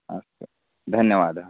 अस्तु धन्यवादः